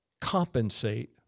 compensate